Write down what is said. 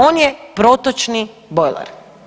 On je protočni bojler.